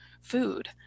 food